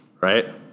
Right